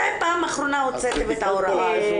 מתי פעם אחרונה הוצאתם את ההוראה הזו?